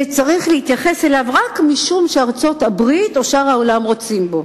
שצריך להתייחס אליו רק משום שארצות-הברית או שאר העולם רוצים בו.